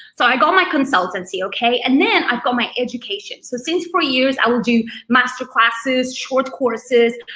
so i got my consultancy, okay, and then i've got my education. so since four years i will do master classes, short courses,